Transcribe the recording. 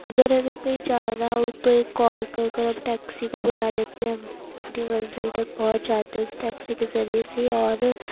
اگر ہمیں کہیں جانا ہو تو ایک کال کر کر آپ ٹیکسی کو بلا لیتے ہیں ہم اپنی منزل تک پہنچ جاتے ہیں اس ٹیکسی کے ذریعے سے اور